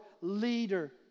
leader